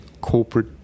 corporate